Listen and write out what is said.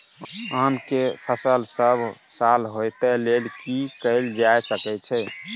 आम के फसल सब साल होय तै लेल की कैल जा सकै छै?